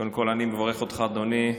קודם כול, אני מברך אותך, אדוני.